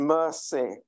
mercy